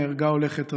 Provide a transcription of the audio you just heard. נהרגה הולכת רגל,